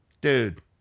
Dude